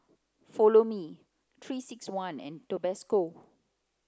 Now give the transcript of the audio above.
follow Me three six one and Tabasco